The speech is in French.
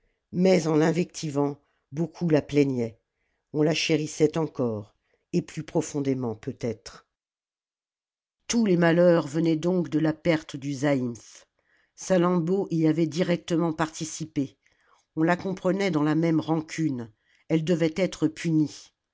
mais en l'invectivant beaucoup la plaignaient on la chérissait encore et plus profondément peut-être tous les malheurs venaient donc de la perte du zaïmph salammbô y avait directement participé on la comprenait dans la même rancune elle devait être punie